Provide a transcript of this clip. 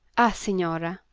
ah, signore,